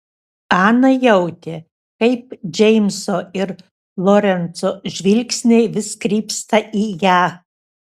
ana jautė kaip džeimso ir lorenco žvilgsniai vis krypsta į ją